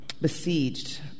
besieged